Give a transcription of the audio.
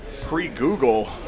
pre-Google